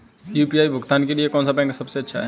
UPI भुगतान के लिए कौन सा बैंक सबसे अच्छा है?